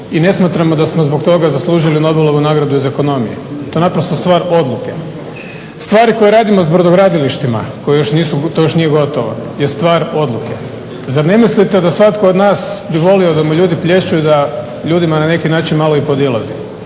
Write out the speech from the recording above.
i ne smatramo da smo zbog toga zaslužili Nobelovu nagradu iz ekonomije. To je naprosto stvar odluke. Stvari koje radimo s brodogradilištima koja još nisu, to još nije gotovo, je stvar odluke. Zar ne mislite da svatko od nas bi volio da mu ljudi plješću i da ljudima na neki način malo i podilazimo,